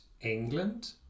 England